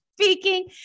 speaking